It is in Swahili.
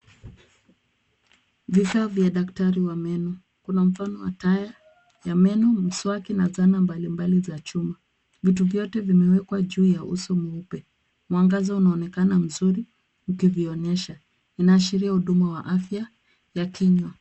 Vifaa vya Daktari wa meno kuna mfano wa taya ya meno mswaki na zana mbali mbali za chuma vitu vyote vimewekwa juu ya uso mweupe mwangaza unaonekana mzuri ikivionyesha inashiria huduma ya afya ya kinywa.